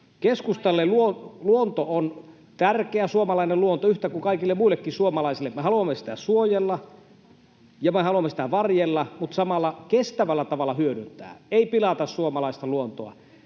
Keskustalle luonto on tärkeä, suomalainen luonto, yhtä kuin kaikille muillekin suomalaisille. Me haluamme sitä suojella ja me haluamme sitä varjella, mutta samalla kestävällä tavalla hyödyntää. [Mai Kivelä ja Ilmari Nurminen